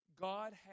God